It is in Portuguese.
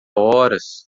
horas